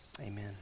Amen